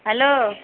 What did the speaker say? hello